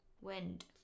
Wind